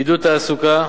עידוד תעסוקה,